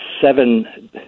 seven